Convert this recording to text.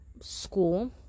school